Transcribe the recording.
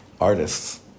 artists